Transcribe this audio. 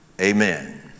amen